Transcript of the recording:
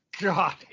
god